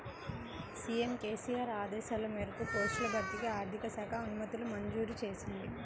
CM KCR ఆదేశాల మేరకు పోస్టుల భర్తీకి ఆర్థిక శాఖ అనుమతులు మంజూరు చేసింది